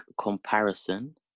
comparison